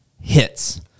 hits